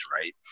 right